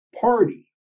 party